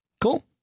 Cool